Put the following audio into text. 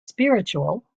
spiritual